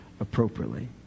appropriately